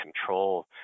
control